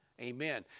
Amen